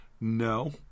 No